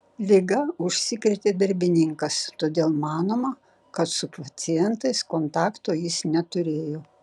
liga užsikrėtė darbininkas todėl manoma kad su pacientais kontakto jis neturėjo